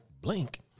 Blink